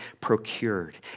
procured